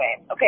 okay